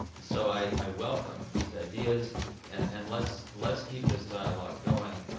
so i welcome these ideas and let's let's keep this dialogue going.